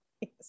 yes